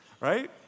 right